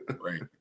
right